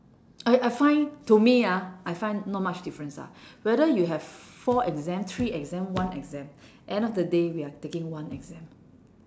I I find to me ah I find not much difference ah whether you have four exam three exam one exam end of the day we are taking one exam